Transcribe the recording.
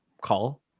call